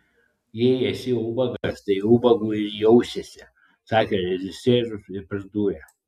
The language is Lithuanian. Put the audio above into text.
jei esi ubagas tai ubagu ir jausiesi sakė režisierius ir pridūrė